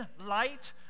light